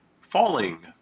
falling